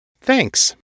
Thanks